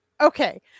Okay